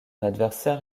adversaire